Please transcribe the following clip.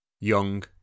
young